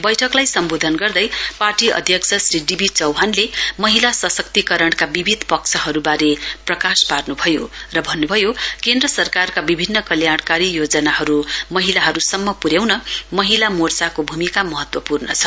बैठकलाई सम्बोधन गर्दै पार्टी अध्यक्ष श्री डीबी चौहानले महिला सशक्तिकरणका विविध पक्षहरूबारे प्रकाश पार्न्भयो र भन्नुभयो केन्द्र सरकारका विभिन्न कल्याणकारी योजनाहरू महिलाहरूसम्म प्र्याउन महिला मोर्चाको भूमिका महत्वपूर्ण छ